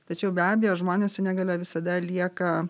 tačiau be abejo žmonės su negalia visada lieka